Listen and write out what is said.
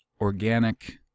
organic